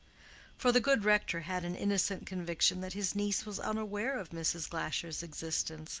for the good rector had an innocent conviction that his niece was unaware of mrs. glasher's existence,